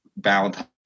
Valentine